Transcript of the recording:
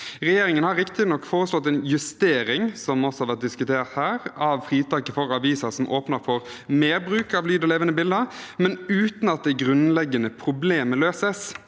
Regjeringen har riktignok foreslått en justering av fritaket, som også har vært diskutert her, for aviser som åpner for mer bruk av lyd og levende bilder, men uten at det grunnleggende problemet løses.